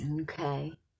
Okay